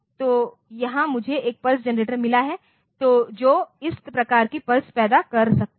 तो यहां मुझे एक पल्स जनरेटर मिला है जो इस प्रकार की पल्स पैदा कर सकता है और